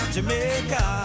Jamaica